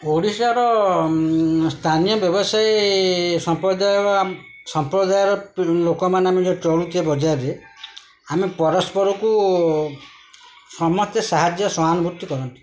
ଓଡ଼ିଶାର ସ୍ଥାନୀୟ ବ୍ୟବସାୟୀ ସମ୍ପ୍ରଦାୟ ସମ୍ପ୍ରଦାୟର ଲୋକମାନେ ଆମେ ଯେଉଁ ଚଳୁଛେ ବଜାରରେ ଆମେ ପରସ୍ପରକୁ ସମସ୍ତେ ସାହାଯ୍ୟ ସହୟାନୁଭୂତି କରନ୍ତି